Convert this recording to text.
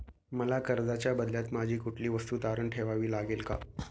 मला कर्जाच्या बदल्यात माझी कुठली वस्तू तारण ठेवावी लागेल का?